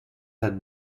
het